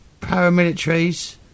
paramilitaries